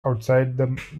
outside